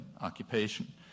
occupation